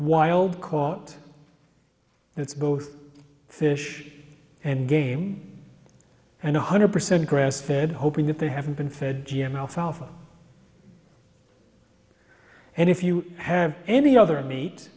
wild caught it's both fish and game and one hundred percent grass fed hoping that they haven't been fed g m alfalfa and if you have any other